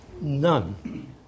None